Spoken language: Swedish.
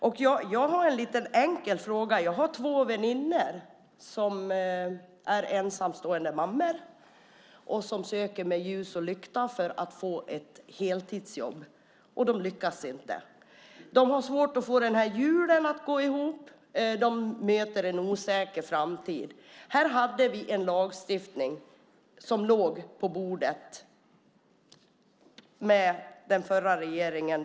Jag har en liten enkel fråga. Jag har två väninnor som är ensamstående mammor och som söker med ljus och lykta för att få ett heltidsjobb, och de lyckas inte. De har svårt att få julen att gå ihop. De möter en osäker framtid. Här hade vi en lagstiftning som låg på bordet från den förra regeringen.